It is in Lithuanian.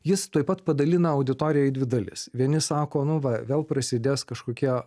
jis tuoj pat padalina auditoriją į dvi dalis vieni sako nu va vėl prasidės kažkokie